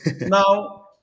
Now